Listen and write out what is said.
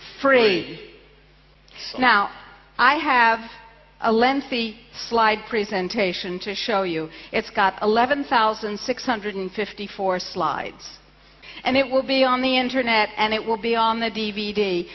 free now i have a lengthy slide presentation to show you it's got eleven thousand six hundred fifty four slides and it will be on the internet and it will be on the d